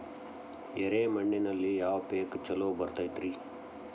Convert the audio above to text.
ಎರೆ ಮಣ್ಣಿನಲ್ಲಿ ಯಾವ ಪೇಕ್ ಛಲೋ ಬರತೈತ್ರಿ?